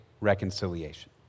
reconciliation